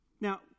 Now